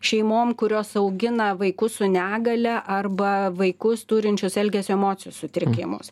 šeimom kurios augina vaikus su negalia arba vaikus turinčius elgesio emocijų sutrikimus